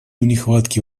нехватки